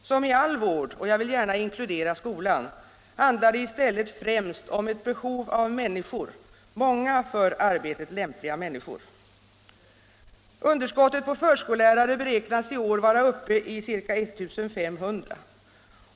Som i all vård — och jag vill gärna inkludera skolan här — handlar det i stället främst om ett behov av människor, av många för arbetet lämpliga människor. Underskottet på förskollärare beräknas i år vara uppe i ca 1 500.